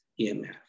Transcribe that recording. EMF